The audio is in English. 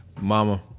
Mama